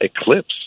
eclipse